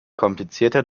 komplizierter